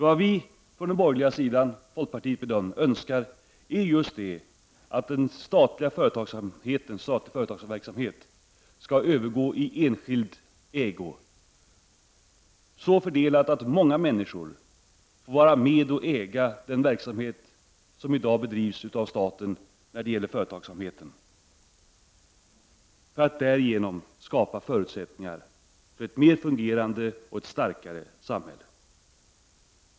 Vad vi från den borgerliga sidan, från folkpartiet, önskar är just att statlig företagsamhet skall övergå i enskild ägo att fördelas så att många människor får vara med och äga den verksamhet som i dag bedrivs av staten för att därigenom skapa förutsättningar för ett mer fungerande och ett starkare samhälle.